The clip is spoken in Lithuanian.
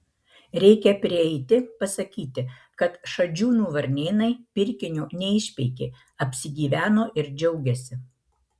reikia prieiti pasakyti kad šadžiūnų varnėnai pirkinio neišpeikė apsigyveno ir džiaugiasi